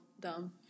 dumb